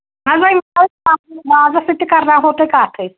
اَدٕ وۄنۍ وازَس سۭتۍ تہِ کَرناوہو تُہۍ کَتھ أسۍ